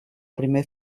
primer